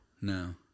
No